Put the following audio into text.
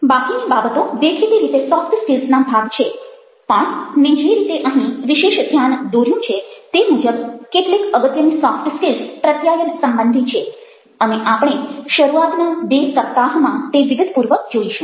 બાકીની બાબતો દેખીતી રીતે સોફ્ટ સ્કિલ્સના ભાગ છે પણ મેં જે રીતે અહીં વિશેષ ધ્યાન દોર્યું છે તે મુજબ કેટલીક અગત્યની સોફટ સ્કિલ્સ પ્રત્યાયન સંબંધી છે અને આપણે શરૂઆતના બે સપ્તાહમાં તે વિગતપૂર્વક જોઈશું